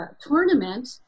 tournament